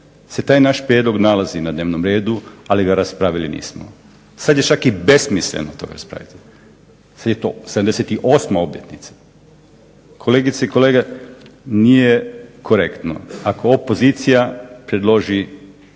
se taj naš prijedlog nalazi na dnevnom redu, ali ga raspravili nismo. Sada je čak i besmisleno o tome raspravljati. Sada je to 78. obljetnica. Kolegice i kolege, nije korektno. Ako opozicija predloži